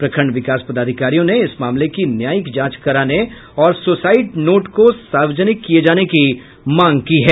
प्रखंड विकास पदाधिकारियों ने इस मामले की न्यायिक जांच कराने और सूसाइड नोट को सार्वजनिक किये जाने की मांग की है